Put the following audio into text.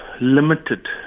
limited